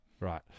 Right